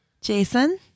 Jason